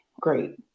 Great